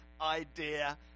idea